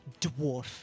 dwarf